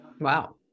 wow